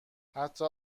حتی